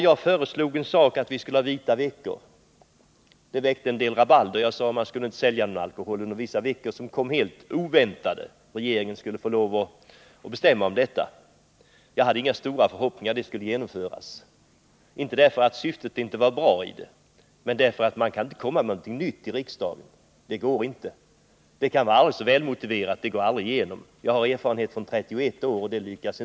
Jag föreslog att vi skulle ha vita veckor. Jag sade att man under vissa veckor inte skulle sälja någon alkohol. Dessa ”vita veckor” skulle komma helt oväntat — regeringen skulle få bestämma om det. Det väckte en del rabalder. Jag hade inga större förhoppningar att detta skulle genomföras — inte därför att syftet inte var bra utan därför att man inte kan komma med någonting nytt iriksdagen. Det kan vara aldrig så välmotiverat — det går inte igenom. Jag har erfarenhet av 31 år i riksdagen.